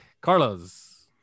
Carlos